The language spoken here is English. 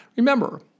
Remember